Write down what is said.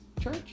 church